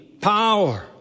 power